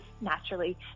naturally